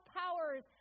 powers